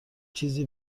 چیزی